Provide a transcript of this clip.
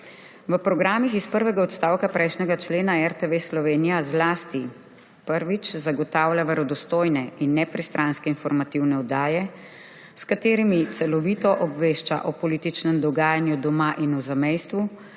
V programih iz prvega odstavka prejšnjega člena RTV Slovenija zlasti, prvič, zagotavlja verodostojne in nepristranske informativne oddaje, s katerimi celovito obvešča o političnem dogajanju doma in v zamejstvu,